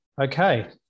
Okay